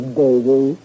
baby